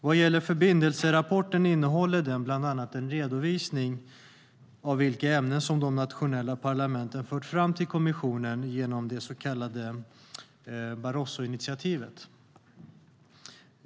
Vad gäller förbindelserapporten innehåller den bland annat en redovisning av vilka ämnen de nationella parlamenten fört fram till kommissionen genom det så kallade Barrosoinitiativet.